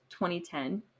2010